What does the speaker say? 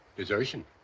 desertion?